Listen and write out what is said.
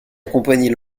accompagnait